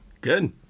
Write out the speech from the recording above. Good